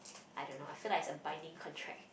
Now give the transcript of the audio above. I don't know I feel like it's a binding contract